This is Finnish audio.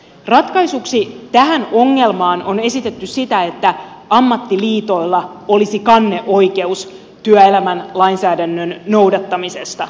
ratkaisuksi tähän ongelmaan on esitetty sitä että ammattiliitoilla olisi kanneoikeus työelämän lainsäädännön noudattamisesta